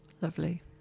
Lovely